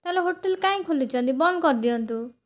ତା'ହେଲେ ହୋଟେଲ୍ କାହିଁ ଖୋଲିଛନ୍ତି ବନ୍ଦ କରିଦିଅନ୍ତୁ